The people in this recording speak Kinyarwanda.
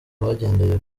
bagendeye